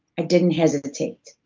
i didn't hesitate.